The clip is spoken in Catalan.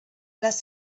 les